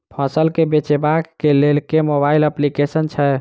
फसल केँ बेचबाक केँ लेल केँ मोबाइल अप्लिकेशन छैय?